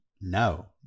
no